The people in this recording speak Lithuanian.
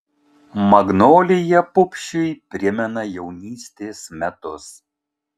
magnolija pupšiui primena jaunystės metus